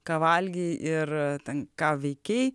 ką valgei ir ten ką veikei